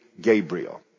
Gabriel